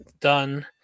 done